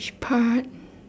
which part